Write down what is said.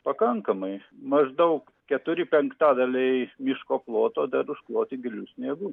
pakankamai maždaug keturi penktadaliai miško ploto dar užkloti giliu sniegu